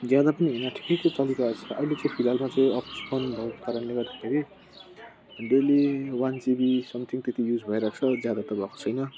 ज्यादा पनि हैन ठिकैको चलिरहेको छ अहिले चाहिँ फिलहालमा चाहिँ अफिस बन्द भएको कारणले गर्दाखेरि डेली वन जिबी समथिङ त्यति युज भइरहेको छ ज्यादा त भएको छैन